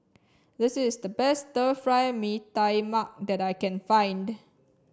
this is the best Fry Mee Tai Mak that I can find